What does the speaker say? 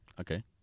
Okay